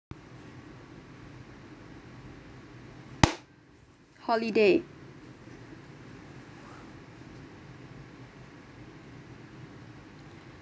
holiday